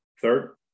Third